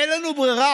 אין לנו ברירה,